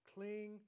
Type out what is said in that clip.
Cling